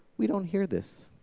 we don't hear this.